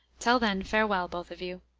till then, farewell, both of you.